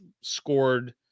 scored